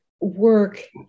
work